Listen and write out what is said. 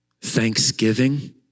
thanksgiving